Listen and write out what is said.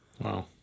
Wow